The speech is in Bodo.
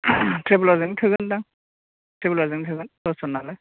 ट्रेभेलार जों थोगोनखोमा ट्रेभेलार जों थोगोन दसज'न नालाय